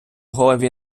голові